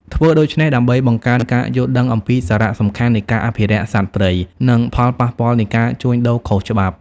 ធ្វើដូច្នេះ ដើម្បីបង្កើនការយល់ដឹងអំពីសារៈសំខាន់នៃការអភិរក្សសត្វព្រៃ និងផលប៉ះពាល់នៃការជួញដូរខុសច្បាប់។